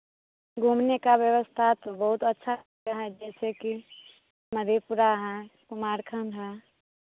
घूमने का व्यवस्था तो बहुत अच्छा है जैसे कि मधेपुरा है कुमारखंड है